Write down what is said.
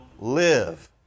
live